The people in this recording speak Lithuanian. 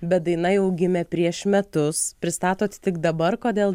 bet daina jau gimė prieš metus pristatot tik dabar kodėl